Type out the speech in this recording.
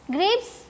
Grapes